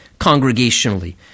congregationally